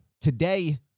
Today